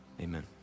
Amen